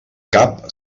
cap